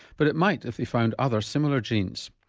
but it might if they found other similar genes.